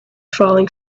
falling